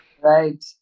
Right